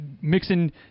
mixing